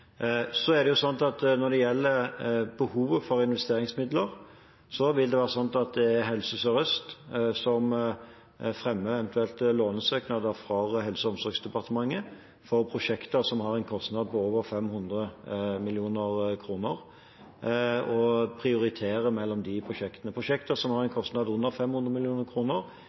Når det gjelder behovet for investeringsmidler, vil det være Helse Sør-Øst som fremmer eventuelle lånesøknader overfor Helse- og omsorgsdepartementet for prosjekter som har en kostnad på over 500 mill. kr, og prioriterer mellom de prosjektene. Prosjekter som har en kostnad under 500